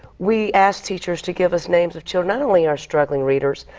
we asked teachers to give us names of children, not only our struggling readers,